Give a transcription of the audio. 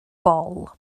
bol